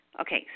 Okay